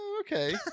Okay